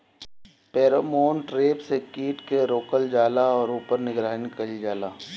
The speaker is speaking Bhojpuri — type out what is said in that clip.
फेरोमोन ट्रैप से कीट के रोकल जाला और ऊपर निगरानी कइल जाला?